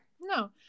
No